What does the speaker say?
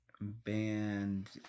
Band